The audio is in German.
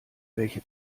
welche